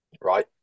right